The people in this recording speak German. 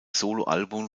soloalbum